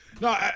No